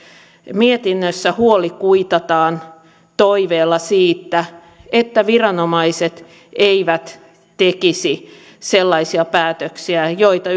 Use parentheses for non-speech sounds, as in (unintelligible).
mietinnössä huoli kuitataan toiveella siitä että viranomaiset eivät tekisi sellaisia päätöksiä joita (unintelligible)